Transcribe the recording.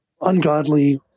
ungodly